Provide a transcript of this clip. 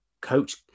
coach